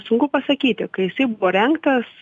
sunku pasakyti kai jisai buvo rengtas